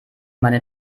meine